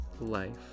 life